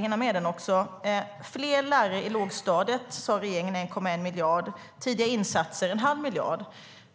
hinna med en fråga till. Fler lärare i lågstadiet - 1,1 miljarder, sa regeringen. Tidiga insatser - en halv miljard, sa regeringen.